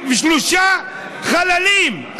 שלושה חללים,